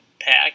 pack